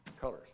Colors